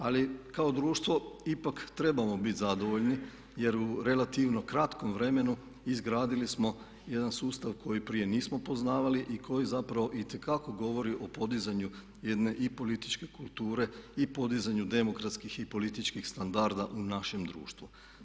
Ali kao društvo ipak trebamo bit zadovoljni, jer u relativno kratkom vremenu izgradili smo jedan sustav koji prije nismo poznavali i koji zapravo itekako govori o podizanju jedne i političke kulture i podizanju demokratskih i političkih standarda u našem društvu.